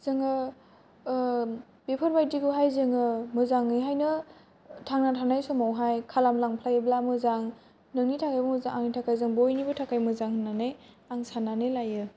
जोङो बेफोरबादिखौ हाय जोङो मोजाङै हाय नो थांना थानाय समावहाय खालाम लांफायोबा मोजां नोंनि थाखायबो मोजां आंनि थाखाय जों बयनिबो थाखाय मोजां होननानै आं साननानै लायो